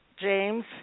James